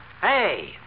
Hey